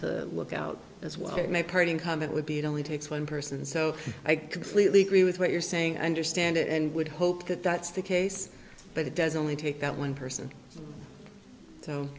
to look out as well and make parting comment would be it only takes one person so i completely agree with what you're saying i understand it and would hope that that's the case but it does only take that one person so